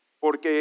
Porque